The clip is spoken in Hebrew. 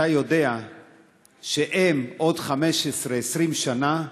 ואתה יודע שבעוד 15, 20 שנה,